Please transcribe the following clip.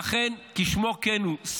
ואכן כשמו כן הוא,